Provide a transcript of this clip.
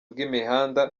bw’imihanda